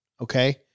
okay